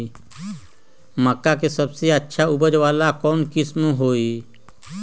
मक्का के सबसे अच्छा उपज वाला कौन किस्म होई?